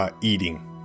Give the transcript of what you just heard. Eating